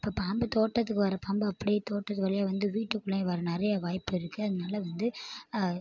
இப்போ பாம்பு தோட்டத்துக்கு வர பாம்பு அப்படியே தோட்டத்து வழியாக வந்து வீட்டுக்குள்ளேயும் வர நிறையா வாய்ப்பிருக்கு அதனால வந்து